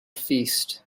feast